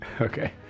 Okay